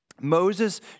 Moses